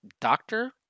doctor